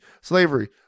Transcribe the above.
slavery